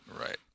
Right